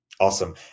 Awesome